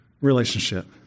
relationship